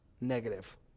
negative